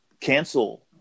cancel